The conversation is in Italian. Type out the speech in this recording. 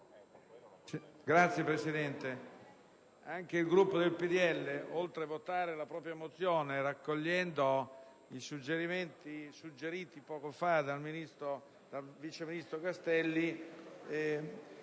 Signora Presidente, anche il Gruppo del PdL, oltre a votare la propria mozione, accogliendo i suggerimenti proposti poco fa dal vice ministro Castelli,